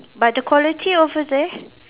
but the quality over there